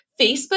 Facebook